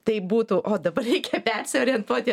tai būtų o dabar reikia persiorientuoti